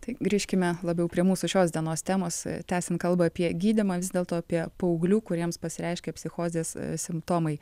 tai grįžkime labiau prie mūsų šios dienos temos tęsiant kalbą apie gydymą vis dėlto apie paauglių kuriems pasireiškia psichozės simptomai